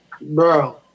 Bro